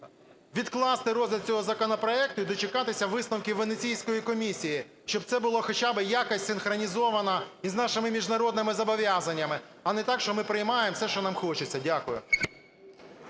відкласти розгляд цього законопроекту і дочекатися висновків Венеційської комісії, щоб це було хоча би якось синхронізовано із нашими міжнародними зобов'язаннями, а не так, що ми приймаємо все, що нам хочеться. Дякую.